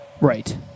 Right